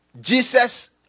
Jesus